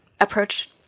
approach